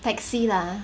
taxi lah